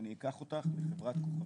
ואני אקח אותך לחברת כוכבים.